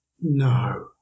No